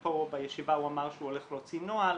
הוא אמר לנו בישיבה שהוא הולך להוציא נוהל,